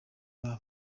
babo